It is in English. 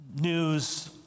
news